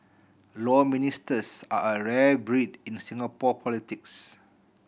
Law Ministers are a rare breed in Singapore politics